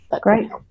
Great